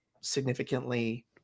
significantly